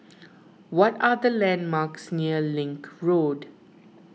what are the landmarks near Link Road